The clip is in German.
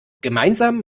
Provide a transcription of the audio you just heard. gemeinsam